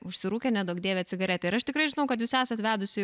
užsirūkė neduok dieve cigaretę ir aš tikrai žinau kad jūs esat vedusi